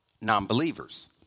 non-believers